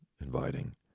inviting